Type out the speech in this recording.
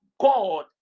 god